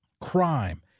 crime